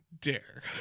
dare